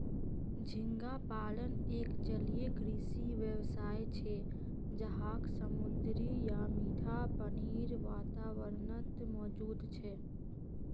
झींगा पालन एक जलीय कृषि व्यवसाय छे जहाक समुद्री या मीठा पानीर वातावरणत मौजूद छे